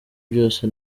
byose